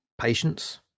patience